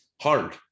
hard